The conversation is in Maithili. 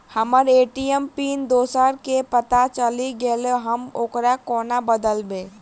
हम्मर ए.टी.एम पिन दोसर केँ पत्ता चलि गेलै, हम ओकरा कोना बदलबै?